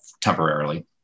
temporarily